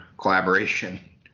collaboration